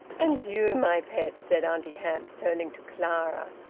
and you, my pet, said auntie hamps, turning to clara,